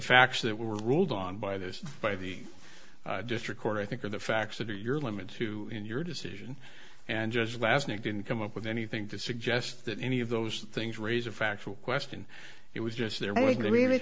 facts that were ruled on by this by the just record i think are the facts that are your limits too in your decision and just last night didn't come up with anything to suggest that any of those things raise a factual question it was just there wasn't really